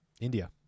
India